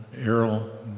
Errol